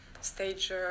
stage